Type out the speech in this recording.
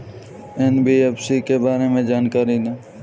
NBFC के बारे में जानकारी दें?